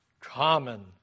common